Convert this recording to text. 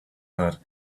that